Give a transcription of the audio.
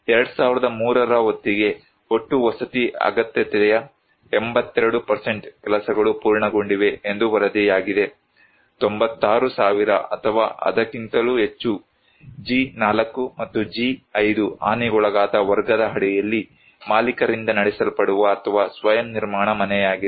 2003 ರ ಹೊತ್ತಿಗೆ ಒಟ್ಟು ವಸತಿ ಅಗತ್ಯತೆಯ 82 ಕೆಲಸಗಳು ಪೂರ್ಣಗೊಂಡಿವೆ ಎಂದು ವರದಿಯಾಗಿದೆ 96000 ಅಥವಾ ಅದಕ್ಕಿಂತಲೂ ಹೆಚ್ಚು G4 ಮತ್ತು G5 ಹಾನಿಗೊಳಗಾದ ವರ್ಗದ ಅಡಿಯಲ್ಲಿ ಮಾಲೀಕರಿಂದ ನಡೆಸಲ್ಪಡುವ ಅಥವಾ ಸ್ವಯಂ ನಿರ್ಮಾಣ ಮನೆಯಾಗಿದೆ